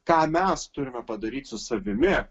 ką mes turime padaryti su savimi